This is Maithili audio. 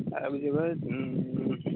आबि जएबै